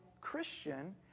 Christian